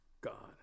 God